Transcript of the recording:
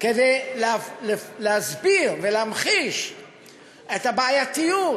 כדי להסביר ולהמחיש את הבעייתיות